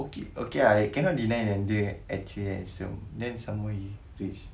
okay I cannot deny yang dia actually handsome then some more he rich